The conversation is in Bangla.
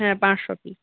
হ্যাঁ পাঁচশো পিস